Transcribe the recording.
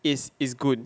is is good